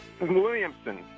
Williamson